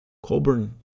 Colburn